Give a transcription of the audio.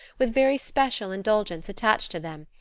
with very special indulgence attached to them,